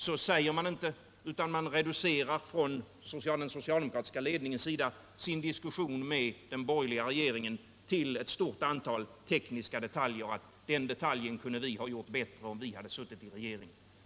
Så säger man inte från den socialdemokratiska ledningens sida, utan man reducerar diskussionen med den borgerliga regeringen till ett antal tekniska detaljer och säger: Den detaljen kunde vi ha gjort bättre om vi suttit i regeringen.